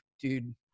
dude